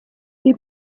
die